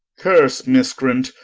curse miscreant,